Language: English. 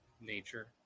nature